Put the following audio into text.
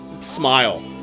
Smile